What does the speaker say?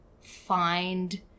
find